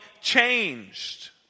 changed